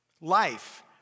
life